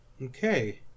Okay